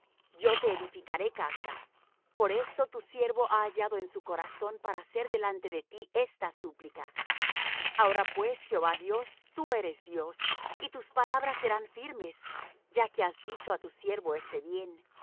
yo te edificaré casa por esto tu siervo ha hallado en su corazón para hacer delante de ti esta súplica ahora pues jehová dios tú eres dios y tus palabras serán firmes ya que has dicho á tu siervo este bien